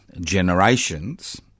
generations